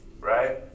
right